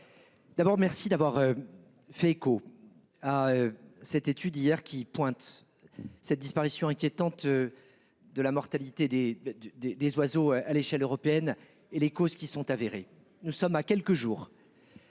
D'abord merci d'avoir. Fait écho à cette étude hier qui pointe. Cette disparition inquiétante. De la mortalité des des des oiseaux à l'échelle européenne et les causes qui sont avérés. Nous sommes à quelques jours.